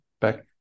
back